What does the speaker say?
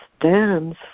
stands